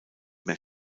mehr